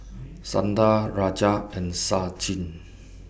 Santha Rajat and Sachin